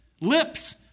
Lips